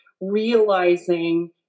realizing